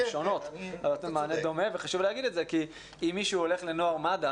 הן שונות אבל הם נותנים מענה דומה כי אם מישהו הולך לנוער מד"א